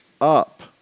up